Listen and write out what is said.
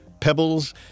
pebbles